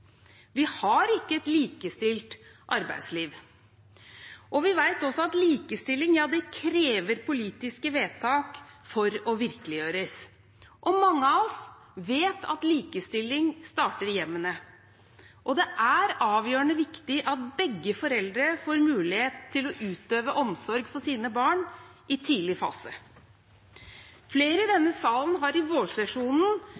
Vi har ikke et likestilt arbeidsliv. Vi vet også at likestilling krever politiske vedtak for å virkeliggjøres, og mange av oss vet at likestilling starter i hjemmene. Det er avgjørende viktig at begge foreldre får mulighet til å utøve omsorg for sine barn i en tidlig fase. Flere i